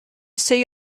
see